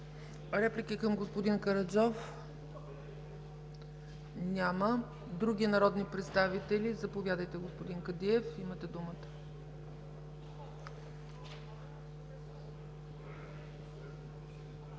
Реплики към господин Караджов? Няма. Други народни представители? Заповядайте, господин Кадиев.